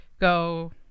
go